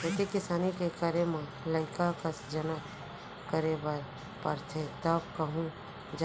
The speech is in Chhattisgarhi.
खेती किसानी के करे म लइका कस जनत करे बर परथे तव कहूँ